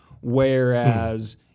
Whereas